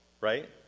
right